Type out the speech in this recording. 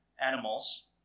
animals